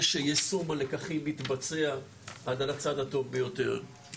שיישום הלקחים מתבצע על הצד הטוב ביותר.